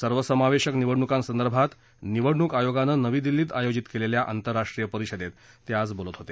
सर्वसमावेशक निवडणुकांसंदर्भात निवडणुक आयोगानं नवी दिल्लीत आयोजित केलेल्या आंतरराष्ट्रीय परिषदेत ते आज बोलत होते